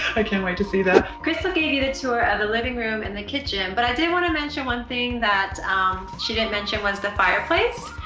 i can't wait to see that. crystal gave you the tour of the living room and kitchen but i did want to mention one thing that she didn't mention was the fireplace